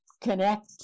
connect